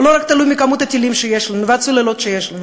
הוא תלוי לא רק בכמות הטילים והצוללות שיש לנו.